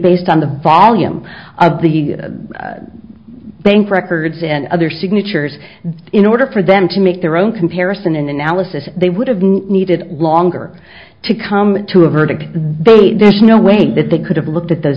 based on the volume of the bank records and other signatures in order for them to make their own comparison and analysis they would have needed longer to come to a verdict they there's no way that they could have looked at those